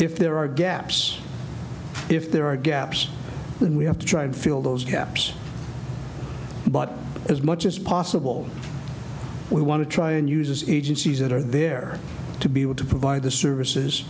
if there are gaps if there are gaps when we have to try to fill those gaps but as much as possible we want to try and use as agencies that are there to be able to provide the services